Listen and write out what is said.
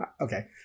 Okay